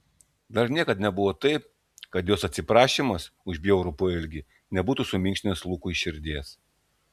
dar niekad nebuvo taip kad jos atsiprašymas už bjaurų poelgį nebūtų suminkštinęs lukui širdies